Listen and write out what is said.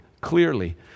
clearly